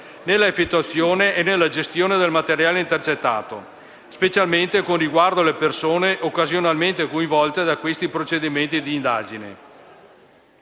nella effettuazione e nella gestione del materiale intercettato, specialmente con riguardo alle persone occasionalmente coinvolte dai procedimenti di indagine.